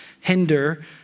hinder